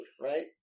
right